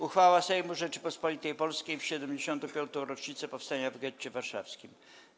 Uchwała Sejmu Rzeczypospolitej Polskiej w 75. rocznicę Powstania w Getcie Warszawskim.